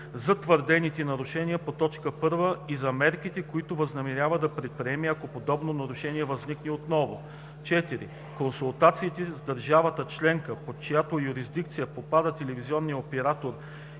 за твърдените нарушения по т. 1 и за мерките, които възнамерява да предприеме, ако подобно нарушение възникне отново; 4. консултациите с държавата членка, под чиято юрисдикция попада телевизионният оператор,